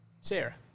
Sarah